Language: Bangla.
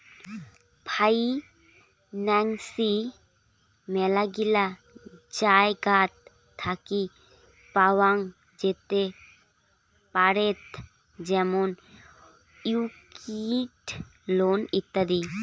ফাইন্যান্সিং মেলাগিলা জায়গাত থাকি পাওয়াঙ যেতে পারেত যেমন ইকুইটি, লোন ইত্যাদি